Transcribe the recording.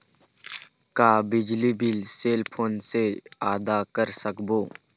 का बिजली bill cell phone से आदा कर सकबो?